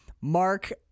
Mark